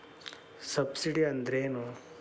Subsidy ಅಂದ್ರೆ ಏನು?